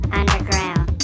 underground